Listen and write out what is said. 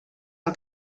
del